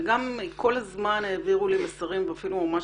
וגם כל הזמן העבירו לי מסרים אפילו ממש